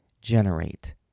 generate